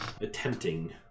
attempting